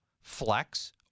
flex